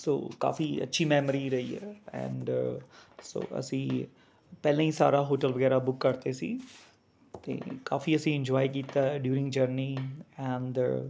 ਸੋ ਕਾਫੀ ਅੱਛੀ ਮੈਮੋਰੀ ਰਹੀ ਹੈ ਐਂਡ ਸੋ ਅਸੀਂ ਪਹਿਲਾਂ ਹੀ ਸਾਰਾ ਹੋਟਲ ਵਗੈਰਾ ਬੁੱਕ ਕਰਤੇ ਸੀ ਅਤੇ ਕਾਫੀ ਅਸੀਂ ਇੰਜੋਏ ਕੀਤਾ ਹੈ ਡਿਊਰਿੰਗ ਜਰਨੀ ਐਂਡ